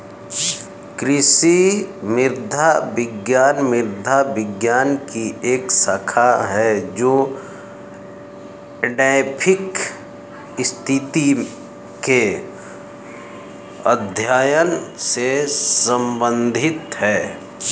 कृषि मृदा विज्ञान मृदा विज्ञान की एक शाखा है जो एडैफिक स्थिति के अध्ययन से संबंधित है